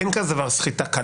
אין דבר כזה סחיטה קלה.